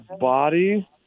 body